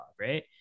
right